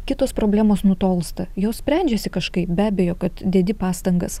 kitos problemos nutolsta jos sprendžiasi kažkaip be abejo kad dedi pastangas